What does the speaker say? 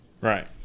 Right